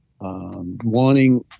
wanting